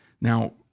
Now